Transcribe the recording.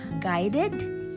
guided